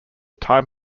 time